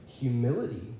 humility